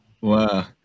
Wow